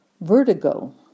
vertigo